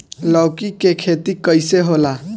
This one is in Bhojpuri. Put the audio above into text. लौकी के खेती कइसे होला?